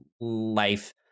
life